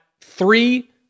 three